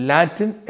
Latin